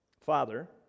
Father